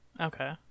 Okay